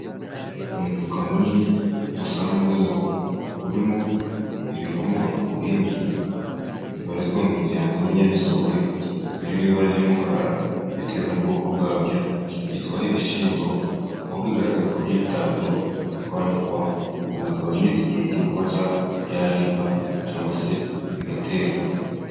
Umufuka munini usa n’umweru urimo ibikomoka ku buhinzi bibarizwa mu muryango w’ibinyamisogwe, biri mu ibara ry’umukara bitewe n’ubwoko bwa byo, byitwa ibishyimbo. Aho bigaragara ko byitaweho bikanikwa, ubu bikaba bigeze igihe cyo kuba byaribwa cyangwa se bigaterwa.